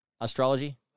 Astrology